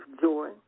joy